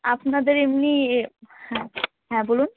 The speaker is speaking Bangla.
আপনাদের এমনি এ হ্যাঁ হ্যাঁ বলুন